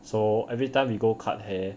so everytime you go cut hair